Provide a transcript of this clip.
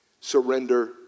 Surrender